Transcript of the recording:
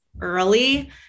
early